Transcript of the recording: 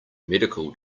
medical